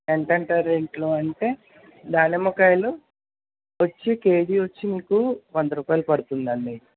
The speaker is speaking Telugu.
ఎంతెంత రేట్లు అంటే దానిమ్మకాయలు వచ్చి కేజీ వచ్చి మీకు వందరూపాయలు పడుతుంది అండి